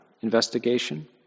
investigation